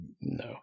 no